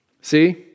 See